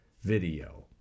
video